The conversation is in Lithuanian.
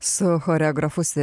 su choreografu